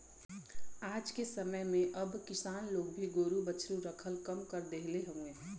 आजके समय में अब किसान लोग भी गोरु बछरू रखल कम कर देहले हउव